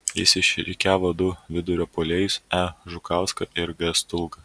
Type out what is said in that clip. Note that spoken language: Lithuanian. jis išrikiavo du vidurio puolėjus e žukauską ir g stulgą